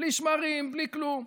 בלי שמרים, בלי כלום.